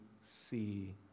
see